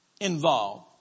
involved